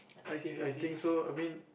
I I think so I mean